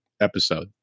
episode